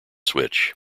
switch